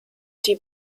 die